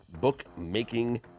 bookmaking